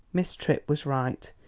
miss tripp was right.